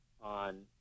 on